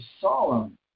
solemn